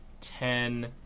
ten